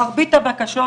מרבית הבקשות,